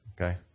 Okay